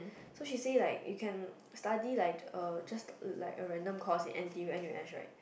so she say like you can study like uh just like a random course in n_t_u n_u_s right